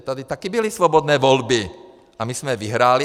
Tady také byly svobodné volby a my jsme je vyhráli.